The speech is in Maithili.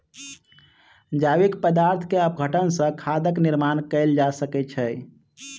जैविक पदार्थ के अपघटन सॅ खादक निर्माण कयल जा सकै छै